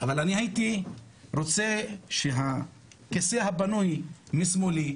אבל הייתי רוצה שהכיסא הפנוי משמאלי,